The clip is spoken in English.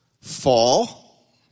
fall